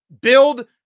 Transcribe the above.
build